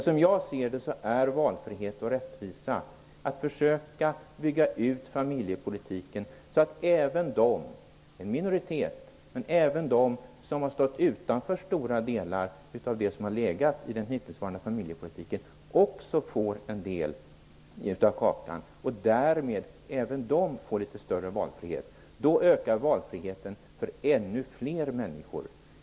Som jag ser det är valfrihet och rättvisa att försöka bygga ut familjepolitiken så att även de - en minoritet - som har stått utanför stora delar av den hittillsvarande familjepolitiken också får en del av kakan och därmed får litet större valfrihet. Då ökar valfriheten för ännu fler människor.